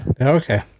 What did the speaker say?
Okay